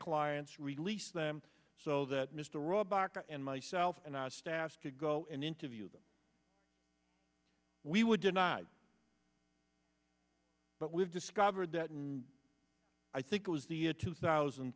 clients release them so that mr rohrabacher and myself and our staff could go and interview them we were denied but we've discovered that and i think it was the year two thousand